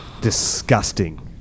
Disgusting